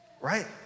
right